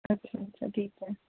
ਅੱਛਾ ਅੱਛਾ ਠੀਕ ਹੈ